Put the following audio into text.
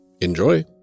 Enjoy